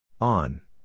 On